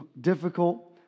difficult